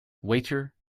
waiter